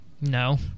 No